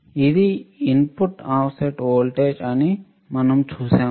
ఇది input offset voltage అని మనం చూశాము